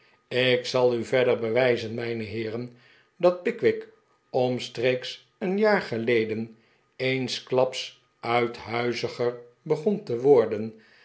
ik zal u verder bewijzen mijne heeren dat pickwick omstreeks een jaar geleden eensklaps uithuiziger begon te worden